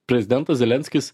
prezidentas zelenskis